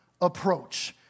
approach